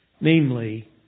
namely